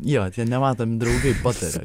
jo tie nematomi draugai pataria